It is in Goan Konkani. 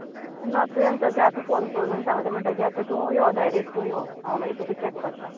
ना तुवें सद्द्या आता फोन करून सांगले म्हणटकीर आतां तूं यो डायरेक्ट तूं यो हांव मागीर तुका चेक करता